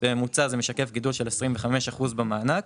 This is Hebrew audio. בממוצע זה משקף גידול של 25% במענק.